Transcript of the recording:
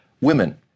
Women